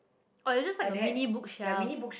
oh it's just like a mini bookshelf